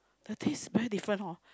the taste very different hor